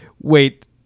Wait